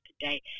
today